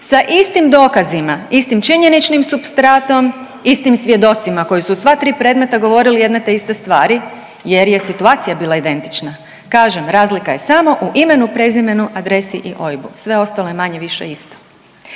sa istim dokazima, istim činjeničnim supstratom i istim svjedocima koji su u sva tri premeta govorili jedne te iste stvari jer je situacija bila identična. Kažem, razlika je samo u imenu, prezimenu, adresi i OIB-u, sve ostalo je manje-više isto.